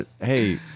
Hey